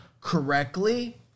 correctly